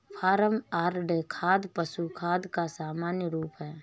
farm yard खाद पशु खाद का सामान्य रूप है